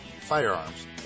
firearms